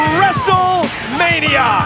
Wrestlemania